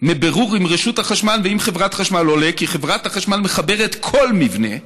מבירור עם רשות החשמל ועם חברת החשמל עולה כי חברת החשמל מחברת כל מבנה,